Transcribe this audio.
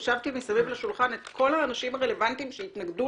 הושבתי מסביב לשולחן את כל האנשים הרלבנטיים שהתנגדו